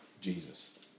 jesus